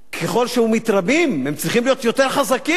ככל שהם מתרבים הם צריכים להיות יותר חזקים,